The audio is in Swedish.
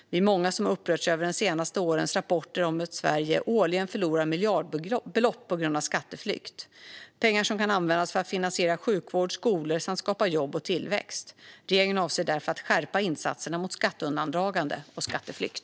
Vi är många som har upprörts över de senaste årens rapporter om hur Sverige årligen förlorar miljardbelopp på grund av skatteflykt. Det är pengar som kan användas för att finansiera sjukvård och skolor samt skapa jobb och tillväxt. Regeringen avser därför att skärpa insatserna mot skatteundandragande och skatteflykt.